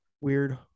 weird